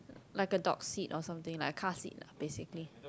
like a dog seat or something like a car seat lah basically